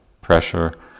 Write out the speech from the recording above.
pressure